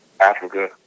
Africa